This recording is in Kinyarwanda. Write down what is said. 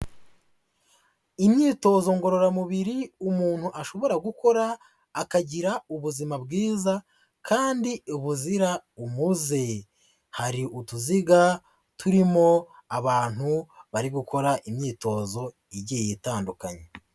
Imyitozo ngororamubiri umuntu ashobora gukora akagira ubuzima bwiza kandi buzira umuze, hari utuziga turimo abantu bari gukora imyitozo igiye itandukanye.